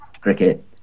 cricket